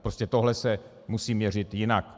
Prostě tohle se musí měřit jinak.